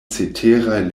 ceteraj